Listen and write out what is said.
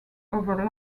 over